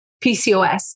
PCOS